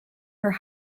her